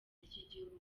ry’igihugu